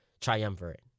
triumvirate